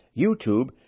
YouTube